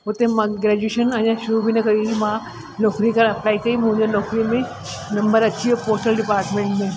हुते मां ग्रेज्यूएशन अञा शुरू बि न कई हुई मां नौकिरी करण अप्लाई कई मुंहिंजो नौकिरीअ में नम्बर अची वियो पोस्टल डिपार्टमेंट में